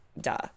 duh